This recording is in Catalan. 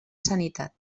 sanitat